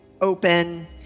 open